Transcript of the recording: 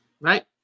right